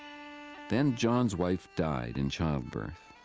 then john's wife died in childbirth.